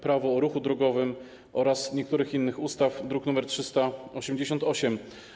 Prawo o ruchu drogowym oraz niektórych innych ustaw, druk nr 388.